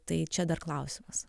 tai čia dar klausimas